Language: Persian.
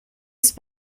است